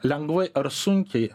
lengvai ar sunkiai